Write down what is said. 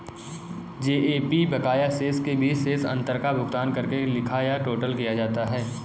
GAP बकाया शेष के बीच शेष अंतर का भुगतान करके लिखा या टोटल किया जाता है